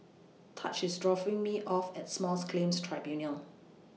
Taj IS dropping Me off At Smalls Claims Tribunals